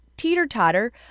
teeter-totter